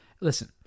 Listen